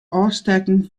ôfstekken